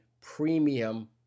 premium